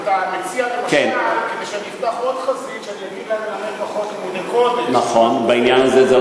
אני רק שאלתי אם אתה מציע,